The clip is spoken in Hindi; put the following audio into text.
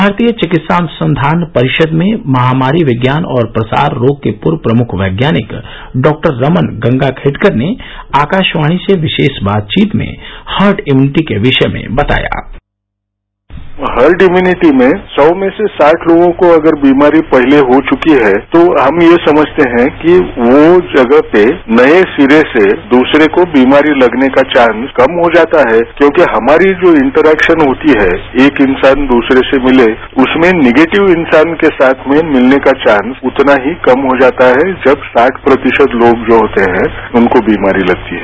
भारतीय चिकित्सा अनुसंघान परिषद में महामारी विज्ञान और प्रसार रोग के पूर्व प्रमुख वैज्ञानिक डॉक्टर रमन गंगाखेडकर ने आकाशवाणी से विशेष बातचीत में हर्ड इम्यूनिटी के विषय में बताया हर्ड इम्युनिटी में सौ में से साठ लोगों को अगर बीमारी पहले हो चुकी है तो हम ये समझते हैं कि वो जगह पर नए सिरे से दूसरे को बीमारी तगने का चांस कम हो जाता है क्योंकि हमारी जो इंटरेक्शन होती है एक इंसान दूसरे से मिले उसमें निगेटिव इंसान के साथ में मितने का चांस उतना ही कम हो जाता है जब साठ प्रतिशत लोग जो होते हैं उनको बीमारी लगती है